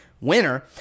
winner